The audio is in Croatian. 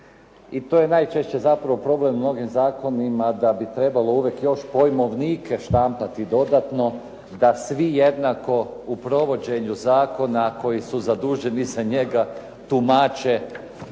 i to je najčešće zapravo problem mnogim zakonima da bi trebalo uvijek još pojmovnike štampati dodatno da svi jednako u provođenju zakona koji su zaduženi za njega tumače